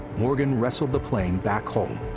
morgan wrestled the plane back home.